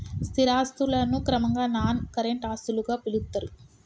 స్థిర ఆస్తులను క్రమంగా నాన్ కరెంట్ ఆస్తులుగా పిలుత్తరు